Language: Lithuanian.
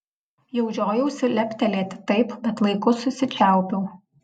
jau žiojausi leptelėti taip bet laiku susičiaupiau